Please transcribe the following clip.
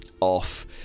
off